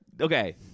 Okay